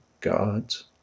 God's